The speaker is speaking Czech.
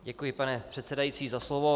Děkuji, pane předsedající, za slovo.